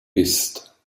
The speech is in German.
bist